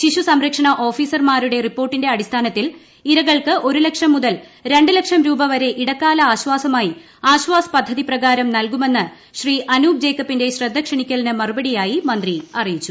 ശിശു സംരക്ഷണ ഓഫിസർമാരുടെ റിപ്പോർട്ടിന്റെ അടിസ്ഥാനത്തിൽ ഇരകൾക്ക് ഒരു ലക്ഷം മുതൽ രണ്ട് ലക്ഷം രൂപ വരെ ഇടക്കാലാശ്വാസമായി ആശ്വാസ് പദ്ധതി പ്രകാരം നല്കുമെന്ന് അനുപ് ജേക്കബിന്റെ ശ്രദ്ധ ക്ഷണിക്കലിന് മറുപടിയായി മന്ത്രി അറിയിച്ചു